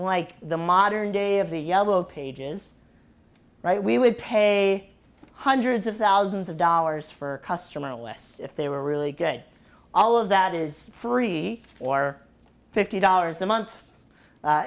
like the modern day of the yellow pages right we would pay hundreds of thousands of dollars for customer lists if they were really good all of that is free or fifty dollars a month